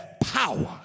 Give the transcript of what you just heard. power